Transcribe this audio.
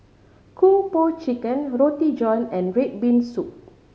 Kung Po Chicken Roti John and red bean soup